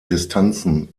distanzen